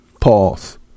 Pause